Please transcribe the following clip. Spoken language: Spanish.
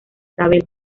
isabel